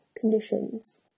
conditions